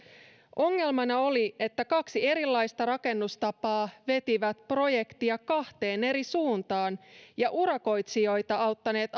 ongelmana oli että kaksi erilaista rakennustapaa veti projektia kahteen eri suuntaan ja urakoitsijoita auttaneet